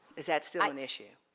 is that still an issue?